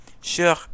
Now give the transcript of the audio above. Sure